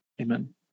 Amen